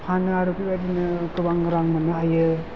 फानो आरो बे बायदिनो गोबां रां मोन्नो हायो